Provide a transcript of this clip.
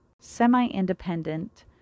semi-independent